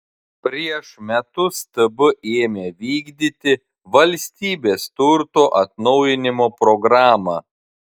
prieš metus tb ėmė vykdyti valstybės turto atnaujinimo programą